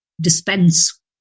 dispense